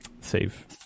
save